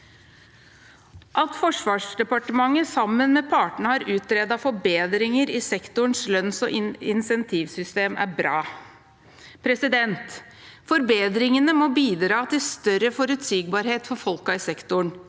At Forsvarsdepartementet sammen med partene har utredet forbedringer i sektorens lønns- og insentivsystem, er bra. Forbedringene må bidra til større forutsigbarhet for folkene i sektoren,